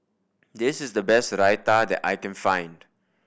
this is the best Raita that I can find